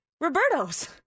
Roberto's